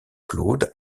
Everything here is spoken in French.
claude